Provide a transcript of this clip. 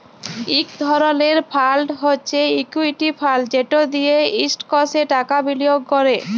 ইক ধরলের ফাল্ড হছে ইকুইটি ফাল্ড যেট দিঁয়ে ইস্টকসে টাকা বিলিয়গ ক্যরে